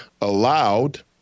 allowed